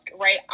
right